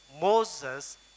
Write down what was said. Moses